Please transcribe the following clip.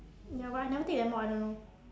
ya but I never take that mod I don't know